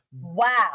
Wow